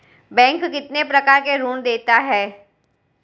Bank कितने प्रकार के ऋण देता है?